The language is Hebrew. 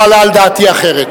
לא עלה על דעתי אחרת.